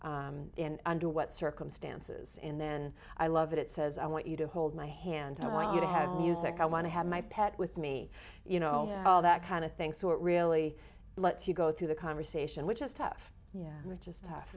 d and under what circumstances in i love it says i want you to hold my hand i want you to have i want to have my pet with me you know all that kind of thing so it really lets you go through the conversation which is tough yeah which is tough